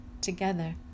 together